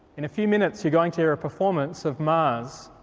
in a few minutes you're going to hear a performance of mars,